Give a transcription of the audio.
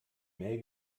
mail